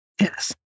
yes